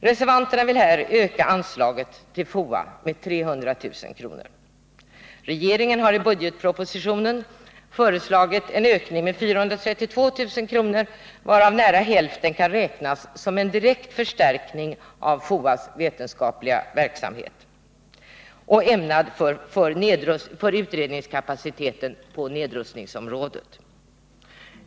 Reservanterna vill här öka anslaget till FOA med 300 000 kr. Regeringen har i budgetpropositionen föreslagit en ökning med 432 000 kr., varav nära hälften kan räknas som en direkt förstärkning av FOA:s vetenskapliga verksamhet och ämnad för FOA:s utredningskapacitet på nedrustningsområdet.